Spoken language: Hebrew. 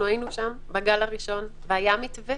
היינו שם בגל הראשון והיה מתווה